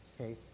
Okay